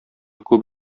күп